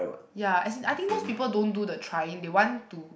ya as in I think most people don't do the trying they want to